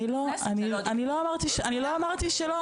אני לא אמרתי שלא,